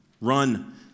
Run